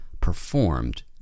performed